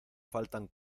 faltan